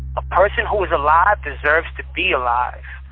a person who is alive deserves to be alive.